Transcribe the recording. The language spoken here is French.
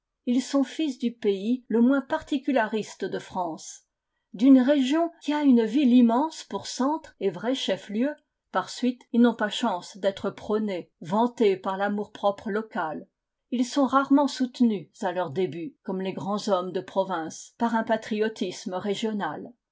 ils sont fils du pays le moins particulariste de france d'une région qui a une ville immense pour centre et vrai chef-lieu par suite ils n'ont pas chance d'être prônés vantés par l'amourpropre local ils sont rarement soutenus à leurs débuts comme les grands hommes de province par un patriotisme régional